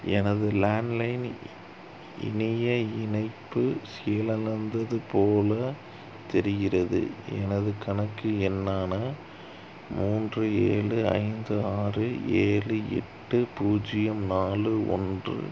எனது landline இணைய இணைப்பு செயலிழந்ததுப் போல் தெரிகிறது எனது கணக்கு எண்ணான மூன்று ஏழு ஐந்து ஆறு ஏழு எட்டு பூஜ்ஜியம் நாலு ஒன்று